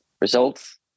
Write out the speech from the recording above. results